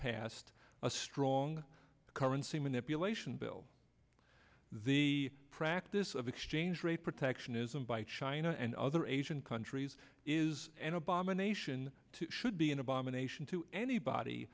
passed a strong currency manipulation bill the practice of exchange rate protectionism by china and other asian countries is an abomination too should be an abomination to anybody